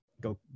go